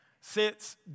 sits